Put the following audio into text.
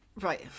right